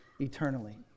eternally